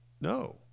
No